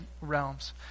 realms